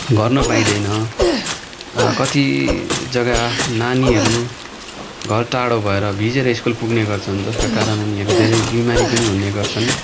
गर्न पाइँदैन कति जगा नानीहरू घर टाढो भएर भिजेर स्कुल पुग्ने गर्छन् जसका कारण उनीहरू धेरै बिमारी पनि हुने गर्छन्